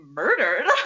murdered